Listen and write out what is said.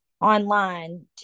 online